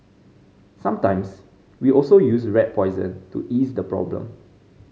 sometimes we also use rat poison to ease the problem